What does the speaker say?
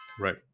Right